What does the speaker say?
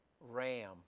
ram